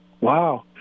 Wow